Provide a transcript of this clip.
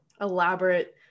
elaborate